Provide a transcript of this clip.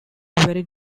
very